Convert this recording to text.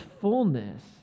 fullness